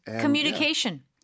Communication